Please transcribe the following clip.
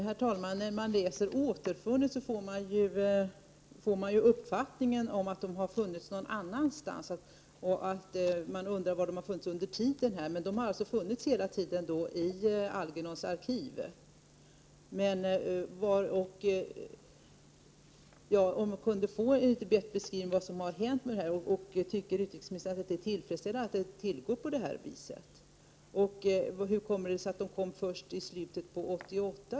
Herr talman! När man läser ordet”återfunnits” får man uppfattningen att materialet har funnits någon annanstans, och man undrar då var det funnits under tiden. Men tydligen har materialet hela tiden funnits i Algernons arkiv. Kan jag få en bättre beskrivning av vad som hänt med materialet? Anser utrikesministern att det är tillfredsställande att det tillgår på detta sätt? Hur kommer det sig att materialet återfanns först i slutet av 1988?